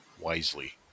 wisely